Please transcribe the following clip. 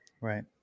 Right